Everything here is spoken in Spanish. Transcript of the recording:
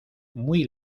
muy